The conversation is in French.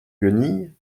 guenilles